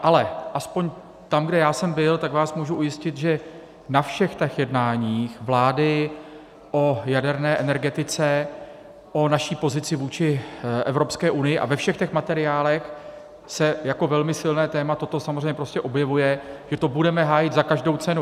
Ale aspoň tam, kde já jsem byl, vás mohu ujistit, že na všech těch jednáních vlády o jaderné energetice, o naší pozici vůči Evropské unii, a ve všech těch materiálech se jako velmi silné téma samozřejmě objevuje, že to budeme hájit za každou cenu.